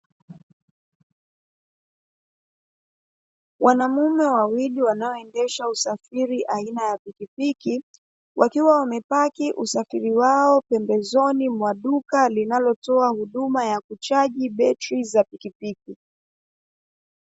Wanamume wawili wanaoendesha usafiri aina ya pikipiki, wakiwa wamepaki usafiri wao pembezoni mwa duka linalotoa huduma ya kuchaji betri za pikipiki.